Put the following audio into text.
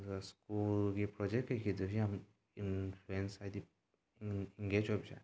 ꯑꯗꯨꯒ ꯁ꯭ꯀꯨꯜꯒꯤ ꯄ꯭ꯔꯣꯖꯦꯛ ꯀꯩꯀꯩꯗꯁꯨ ꯌꯥꯝ ꯏꯟꯐ꯭ꯂꯨꯌꯦꯟꯁ ꯍꯥꯏꯗꯤ ꯏꯪꯒꯦꯁ ꯑꯣꯏꯕꯁꯦ